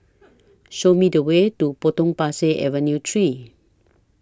Show Me The Way to Potong Pasir Avenue three